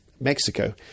Mexico